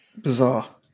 Bizarre